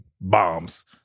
bombs